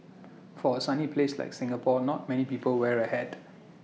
for A sunny place like Singapore not many people wear A hat